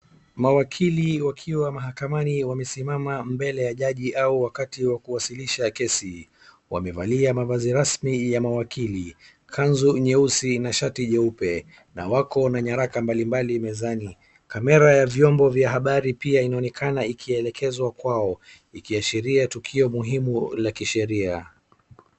Mawakili wakiwa mahakamani wamesimama mbele ya jaji au wakati wa kuwasilisha kesi, wamevalia mavazi rasmi ya mawakili, kanzu nyeusi na shati jeupe na wako nyaraka mbalimbali mezani. Kamera ya vyombo vya habari pia inaonekana ikielekezwa kwao ikiashiria tukio muhimu la kisheria.